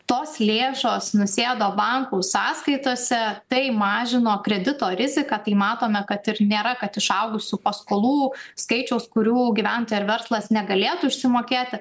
tos lėšos nusėdo bankų sąskaitose tai mažino kredito riziką tai matome kad ir nėra kad išaugusių paskolų skaičiaus kurių gyventojai ar verslas negalėtų išsimokėti